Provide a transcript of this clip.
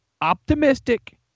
optimistic